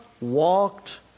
walked